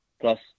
plus